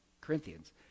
Corinthians